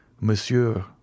monsieur